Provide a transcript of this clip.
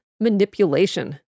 manipulation